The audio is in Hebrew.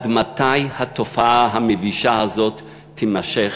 עד מתי התופעה המבישה הזאת תימשך,